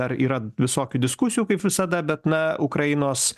dar yra visokių diskusijų kaip visada bet na ukrainos